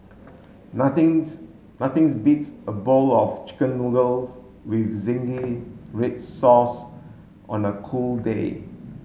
nothing's nothing's beats a bowl of chicken noodles with zingy red sauce on a cold day